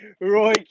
Roy